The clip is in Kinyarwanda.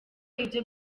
ibyo